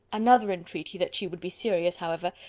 another entreaty that she would be serious, however,